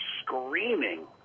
screaming